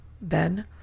Then